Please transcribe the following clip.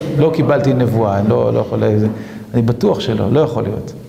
לא קיבלתי נבואה, אני לא... לא יכול, זה... אני בטוח שלא, לא יכול להיות.